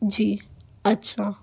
جی اچھا